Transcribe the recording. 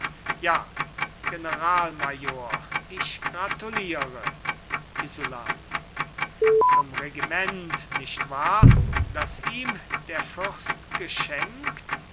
ja generalmajor ich gratuliere isolani zum regiment nicht wahr das ihm der fürst geschenkt